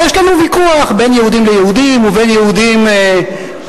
ויש לנו ויכוח בין יהודים ליהודים ובין יהודים לערבים.